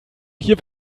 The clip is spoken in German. hier